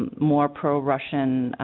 more pro-gross chin ah.